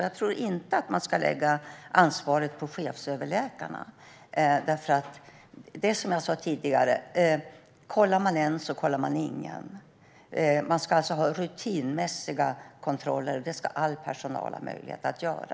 Jag tror inte att man ska lägga ansvaret på chefsöverläkarna. Som jag sa tidigare: Kollar man en, kollar man ingen. Man måste ha rutinmässiga kontroller som all personal ska ha möjlighet att utföra.